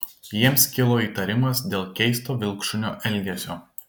jiems kilo įtarimas dėl keisto vilkšunio elgesio